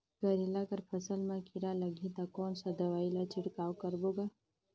करेला कर फसल मा कीरा लगही ता कौन सा दवाई ला छिड़काव करबो गा?